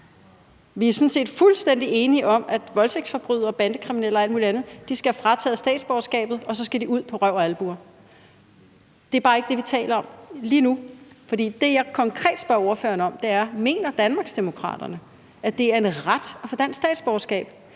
set fuldstændig enige om, at voldtægtsforbrydere, bandekriminelle og alt muligt andet skal have frataget statsborgerskabet, og så skal de ud på røv og albuer. Det er bare ikke det, vi taler om lige nu. Det, jeg konkret spørger ordføreren om, er, om Danmarksdemokraterne mener, at det er en ret at få dansk statsborgerskab,